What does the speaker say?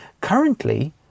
Currently